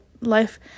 life